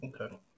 Okay